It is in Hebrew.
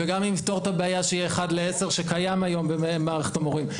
וגם אם נפתור את הבעיה שיהיה 1 ל-10 שקיים היום במערכת המורים.